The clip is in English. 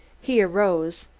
he arose.